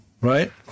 Right